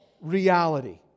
reality